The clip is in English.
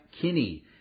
Kinney